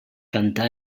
cantà